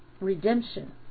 redemption